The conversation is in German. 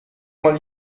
mal